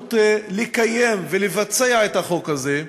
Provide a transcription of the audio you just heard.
האחריות לקיים ולבצע את החוק הזה,